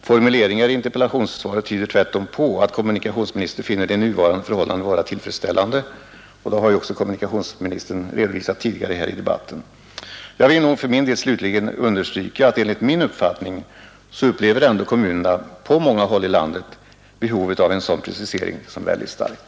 Formuleringar i interpellationssvaret tyder tvärtom på att kommunikationsministern finner de nuvarande förhållandena vara tillfredsställande, och det har också kommunikationsministern redovisat tidigare här i debatten. Jag vill nog för min del slutligen understryka att enligt min uppfattning kommunerna på många håll i landet upplever behovet av en sådan precisering väldigt starkt.